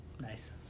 Nice